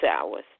Hours